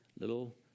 little